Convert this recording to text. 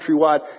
countrywide